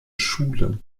schule